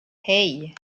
hey